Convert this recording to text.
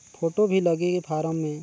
Photo भी लगी form मे?